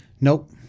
Nope